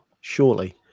Surely